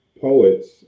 poets